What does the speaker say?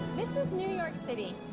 this is new york city,